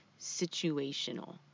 situational